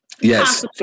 Yes